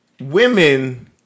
Women